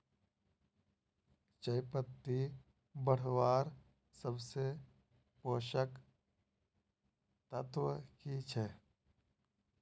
चयपत्ति बढ़वार सबसे पोषक तत्व की छे?